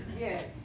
Yes